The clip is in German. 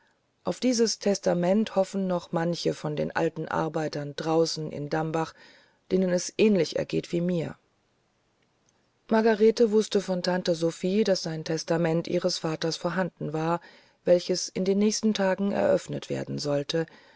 auf dieses testament hoffen noch manche von den alten arbeitern draußen in dambach denen es ähnlich ergeht wie mir margarete wußte von tante sophie daß ein testament ihres vaters vorhanden war welches in den nächsten tagen eröffnet werden sollte